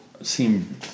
seem